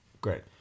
great